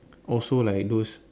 also like those